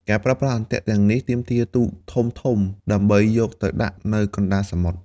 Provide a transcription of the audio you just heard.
ការប្រើប្រាស់អន្ទាក់ទាំងនេះទាមទារទូកធំៗ ដើម្បីយកទៅដាក់នៅកណ្ដាលសមុទ្រ។